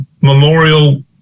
memorial